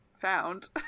found